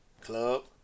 Club